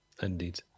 Indeed